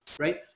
Right